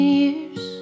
years